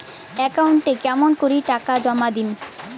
একাউন্টে কেমন করি টাকা জমা দিম?